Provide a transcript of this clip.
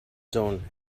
zone